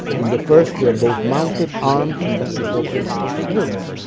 in the first, they are both mounted, armed, and don quixote wins.